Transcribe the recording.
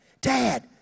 Dad